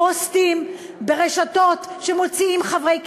פוסטים ברשתות שמוציאים חברי כנסת,